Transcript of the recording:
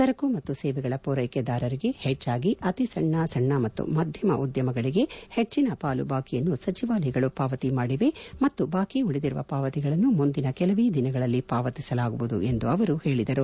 ಸರಕು ಮತ್ತು ಸೇವೆಗಳ ಪೂರೈಕೆದಾರರಿಗೆ ಹೆಚ್ಚಾಗಿ ಅತಿ ಸಣ್ಣ ಸಣ್ಣ ಮತ್ತು ಮಧ್ಯಮ ಉದ್ಯಮಗಳಿಗೆ ಹೆಚ್ಚಿನ ಪಾಲು ಬಾಕಿಯನ್ನು ಸಚಿವಾಲಯಗಳು ಪಾವತಿ ಮಾದಿವೆ ಮತ್ತು ಬಾಕಿ ಉಳಿದಿರುವ ಪಾವತಿಗಳನ್ನು ಮುಂದಿನ ಕೆಲವೇ ದಿನಗಳಲ್ಲಿ ಪಾವತಿಸಲಾಗುವುದು ಎಂದು ಅವರು ಹೇಳಿದರು